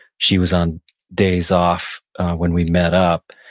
she was on days off when we met up,